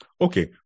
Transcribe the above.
Okay